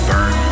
Burn